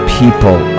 people